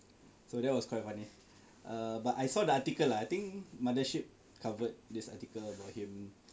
so that was quite funny ah but I saw the article lah I think Mothership covered this article about him